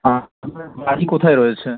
আর আপনার বাড়ি কোথায় রয়েছে